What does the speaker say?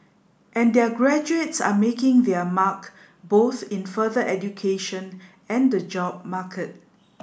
and their graduates are making their mark both in further education and the job market